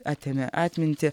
atėmė atmintį